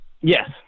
Yes